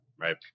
right